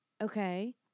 Okay